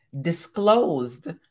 disclosed